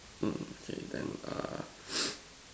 mm K then err